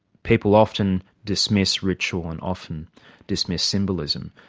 people often dismiss ritual and often dismiss symbolism.